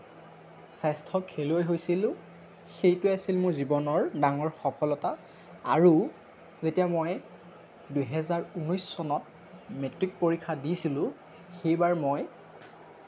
শ্ৰেষ্ঠ খেলুৱৈ হৈছিলোঁ সেইটোৱেই আছিল মোৰ জীৱনৰ ডাঙৰ সফলতা আৰু যেতিয়া মই দুহেজাৰ উনৈশ চনত মেট্ৰিক পৰীক্ষা দিছিলোঁ সেইবাৰ মই